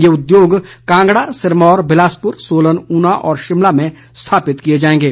यह उद्योग कांगड़ा सिरमौर बिलासपुर सोलन ऊना और शिमला में स्थापित किए जाएंगे